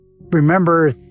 remember